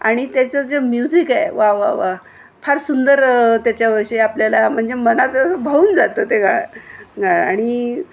आणि त्याचं जे म्युझिक आहे वा वा वा फार सुंदर त्याच्याविषयी आपल्याला म्हणजे मनात असं भावून जातं ते गा गा आणि